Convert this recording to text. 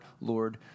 Lord